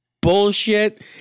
bullshit